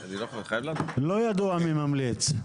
לא ידוע מי ממליץ.